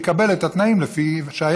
הוא יקבל את התנאים שהיו כשהוא בא.